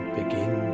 begin